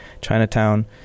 Chinatown